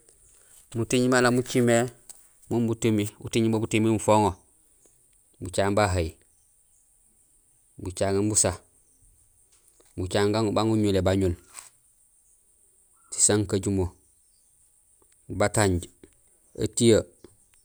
Muting maan nak mucimé uting mo butumi bufoŋo: bucaŋéén bahay, bucaŋéén busa, bucaŋéén ban guñulé bañul, sisankajumo, batanj, étiyee.